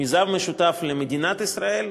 מיזם משותף למדינת ישראל,